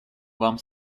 вам